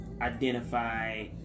identify